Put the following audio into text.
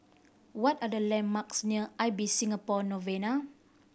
what are the landmarks near Ibis Singapore Novena